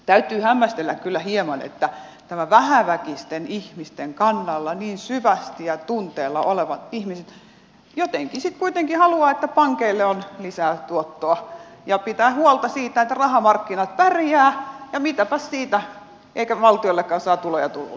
täytyy hämmästellä kyllä hieman että nämä vähäväkisten ihmisten kannalla niin syvästi ja tunteella olevat ihmiset jotenkin sitten kuitenkin haluavat että pankeille on lisää tuottoa ja pitävät huolta siitä että rahamarkkinat pärjäävät ja mitäpäs siitä eikä valtiollekaan saa tuloja tulla